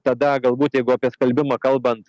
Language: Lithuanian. tada galbūt jeigu apie skalbimą kalbant